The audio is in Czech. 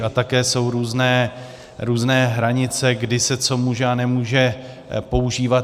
A také jsou různé hranice, kdy se co může a nemůže používat.